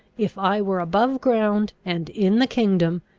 if i were above ground and in the kingdom,